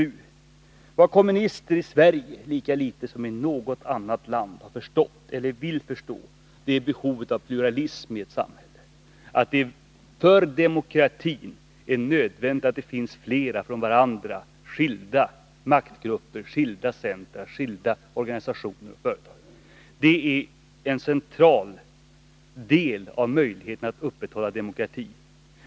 Vad kommunister i Sverige lika litet som i något annat land inte vill förstå är behovet av pluralism i ett samhälle, att det för demokratin är nödvändigt att det finns flera från varandra skilda maktgrupper, skilda centra, skilda organisationer och företag. Det är en central del i möjligheten att upprätthålla demokratin.